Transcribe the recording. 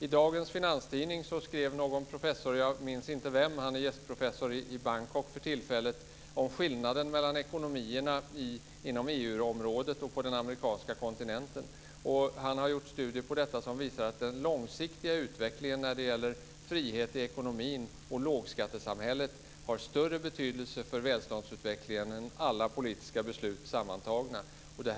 I dagens nummer av Finanstidningen skrev en professor - jag minns inte vem, han är gästprofessor i Bangkok för tillfället - om skillnaden mellan ekonomierna inom EU-området och på den amerikanska kontinenten. Han har gjort studier på detta som visar att den långsiktiga utvecklingen när det gäller frihet i ekonomin och lågskattesamhället har större betydelse för välståndsutvecklingen än alla politiska beslut sammantagna.